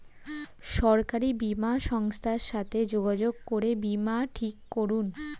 সরকারি বীমা সংস্থার সাথে যোগাযোগ করে বীমা ঠিক করুন